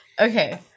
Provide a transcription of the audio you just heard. Okay